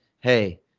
hey